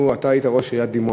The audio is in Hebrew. אתה היית ראש עיריית דימונה.